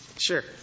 Sure